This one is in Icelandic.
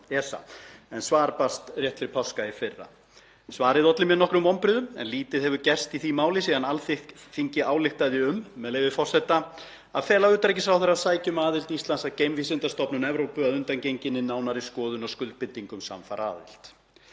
ESA, en svar barst rétt fyrir páska í fyrra. Svarið olli mér nokkrum vonbrigðum en lítið hefur gerst í því máli síðan Alþingi ályktaði um, með leyfi forseta, „að fela utanríkisráðherra að sækja um aðild Íslands að Geimvísindastofnun Evrópu að undangenginni nánari skoðun á skuldbindingum samfara aðild.“